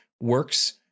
works